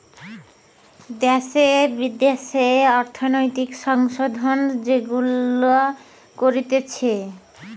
দ্যাশে বিদ্যাশে অর্থনৈতিক সংশোধন যেগুলা করতিছে